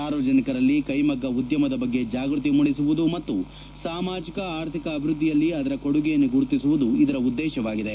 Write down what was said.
ಸಾರ್ವಜನಿಕರಲ್ಲಿ ಕೈಮಗ್ಗ ಉದ್ಯಮದ ಬಗ್ಗೆ ಜಾಗೃತಿ ಮೂಡಿಸುವುದು ಮತ್ತು ಸಾಮಾಜಿಕ ಆರ್ಥಿಕ ಅಭಿವೃದ್ದಿಯಲ್ಲಿ ಅದರ ಕೊಡುಗೆಯನ್ನು ಗುರುತಿಸುವುದು ಇದರ ಉದ್ದೇಶವಾಗಿದೆ